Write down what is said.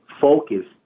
focus